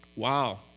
Wow